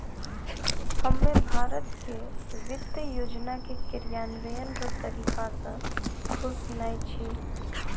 हम्मे भारत के वित्त योजना के क्रियान्वयन रो तरीका से खुश नै छी